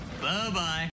Bye-bye